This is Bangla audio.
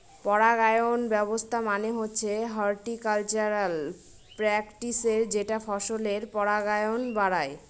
পরাগায়ন ব্যবস্থা মানে হচ্ছে হর্টিকালচারাল প্র্যাকটিসের যেটা ফসলের পরাগায়ন বাড়ায়